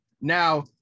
Now